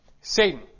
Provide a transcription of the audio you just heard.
Satan